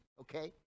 okay